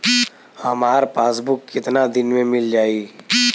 हमार पासबुक कितना दिन में मील जाई?